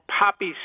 Poppy